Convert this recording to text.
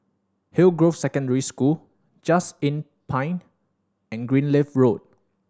Hillgrove Secondary School Just Inn Pine and Greenleaf Road